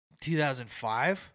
2005